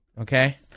okay